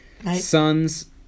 Sons